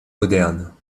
moderne